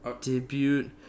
Debut